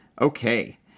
Okay